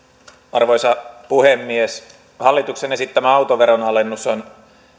arvoisa puhemies hallituksen esittämä autoveron alennus on